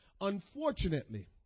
Unfortunately